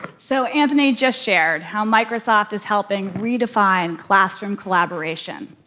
so, anthony just shared how microsoft is helping redefine classroom collaboration.